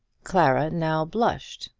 clara now blushed,